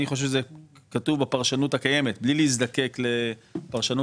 אני חושב שזה כתוב בפרשנות הקיימת בלי להזדקק לפרשנות